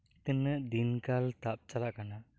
ᱛᱤᱱᱟᱹᱜ ᱫᱤᱱᱠᱟᱞ ᱛᱟᱵᱪᱟᱞᱟᱜ ᱠᱟᱱᱟ